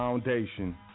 Foundation